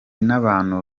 n’abantu